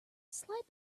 slide